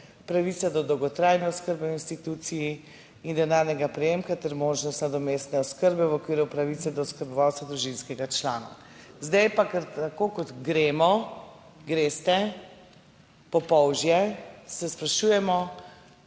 pravica do dolgotrajne oskrbe v instituciji in denarnega prejemka ter možnost nadomestne oskrbe v okviru pravice do oskrbovalca družinskega člana. Zdaj pa, ker tako kot gremo, greste po polžje se sprašujemo,